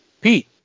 Pete